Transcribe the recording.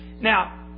Now